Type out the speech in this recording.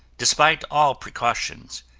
despite all precautions,